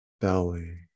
belly